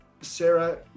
Sarah